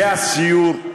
זה הסיור,